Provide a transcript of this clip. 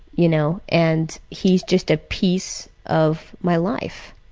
you know, and he's just a piece of my life,